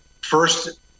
first